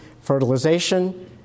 fertilization